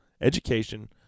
education